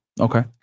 okay